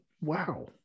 wow